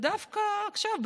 ודווקא עכשיו,